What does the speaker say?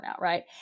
Right